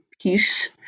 peace